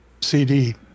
CD